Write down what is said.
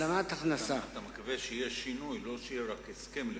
אתה מקווה שיהיה שינוי ולא רק הסכם לשינוי.